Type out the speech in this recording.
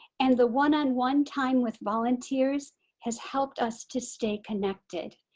and the one on one time with volunteers has helped us to stay connected.